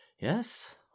Yes